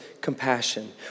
compassion